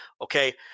Okay